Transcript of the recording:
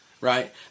right